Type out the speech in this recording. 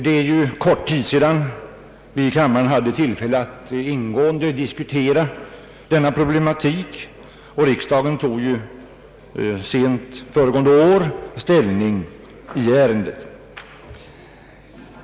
Det är kort tid sedan vi i kammaren hade tillfälle att ingående diskutera denna problematik, och riksdagen tog sent föregående år ställning i ärendet.